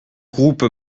groupe